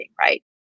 Right